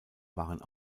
waren